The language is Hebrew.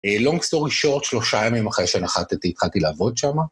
לונג סטורי שורט, שלושה ימים אחרי שנחתתי התחלתי לעבוד שם.